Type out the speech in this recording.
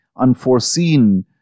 unforeseen